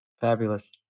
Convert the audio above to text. Fabulous